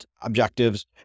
objectives